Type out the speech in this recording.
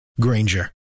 Granger